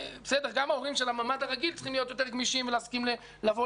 גם ההורים של הממ"ד הרגיל צריכים להיות גמישים ולהסכים לבוא